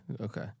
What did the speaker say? Okay